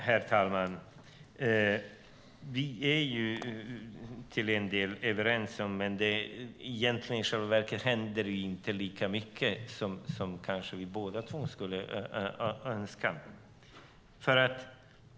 Herr talman! Vi är till en del överens. I själva verket händer det inte lika mycket som vi båda två kanske skulle önska.